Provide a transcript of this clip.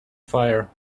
fire